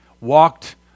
walked